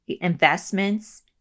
investments